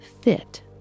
fit